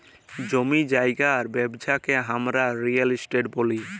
জমি জায়গার ব্যবচ্ছা কে হামরা রিয়েল এস্টেট ব্যলি